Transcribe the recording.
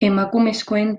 emakumezkoen